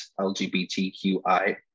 LGBTQI